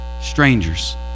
strangers